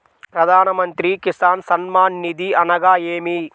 ప్రధాన మంత్రి కిసాన్ సన్మాన్ నిధి అనగా ఏమి?